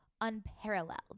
unparalleled